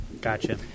Gotcha